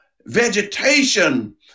vegetation